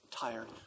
tired